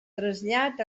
trasllat